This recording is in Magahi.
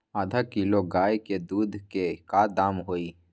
आधा किलो गाय के दूध के का दाम होई?